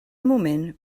moment